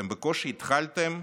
אתם בקושי התחלתם,